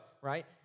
right